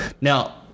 Now